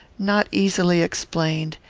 not easily explained,